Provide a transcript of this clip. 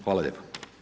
Hvala lijepo.